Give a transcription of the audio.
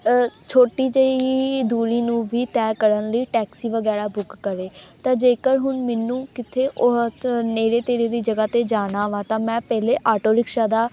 ਛੋਟੀ ਜਿਹੀ ਦੂਰੀ ਨੂੰ ਵੀ ਤੈਅ ਕਰਨ ਲਈ ਟੈਕਸੀ ਵਗੈਰਾ ਬੁੱਕ ਕਰੇ ਤਾਂ ਜੇਕਰ ਹੁਣ ਮੈਨੂੰ ਕਿਤੇ ਨੇੜੇ ਤੇੜੇ ਦੀ ਜਗ੍ਹਾ 'ਤੇ ਜਾਣਾ ਵਾ ਤਾਂ ਮੈਂ ਪਹਿਲੇ ਆਟੋ ਰਿਕਸ਼ਾ ਦਾ